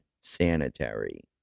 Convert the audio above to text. sanitary